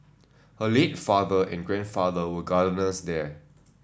her late father and grandfather were gardeners there